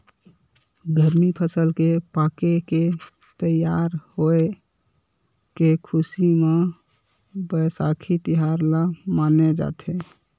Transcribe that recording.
गरमी फसल के पाके के तइयार होए के खुसी म बइसाखी तिहार ल मनाए जाथे